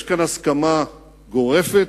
יש כאן הסכמה גורפת,